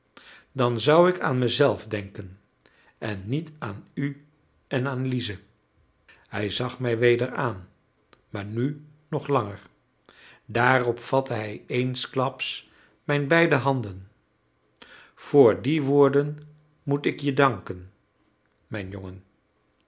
dan zou ik aan mezelf denken en niet aan u en aan lize hij zag mij weder aan maar nu nog langer daarop vatte hij eensklaps mijn beide handen voor die woorden moet ik je danken mijn jongen